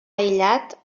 aïllat